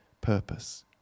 purpose